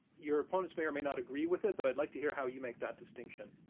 your opponents may or may not agree with it, but i'd like to hear how you make that distinction.